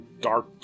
dark